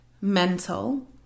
mental